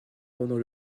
pendant